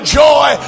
joy